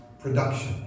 Production